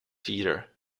feeder